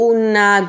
una